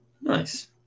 Nice